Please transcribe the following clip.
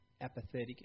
apathetic